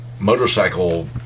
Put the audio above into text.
motorcycle